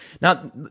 Now